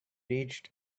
reached